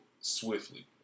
swiftly